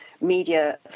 media